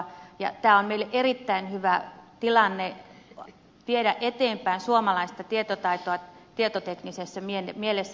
tämä on meille erittäin hyvä tilanne viedä eteenpäin suomalaista tietotaitoa tietoteknisessä mielessä